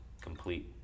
complete –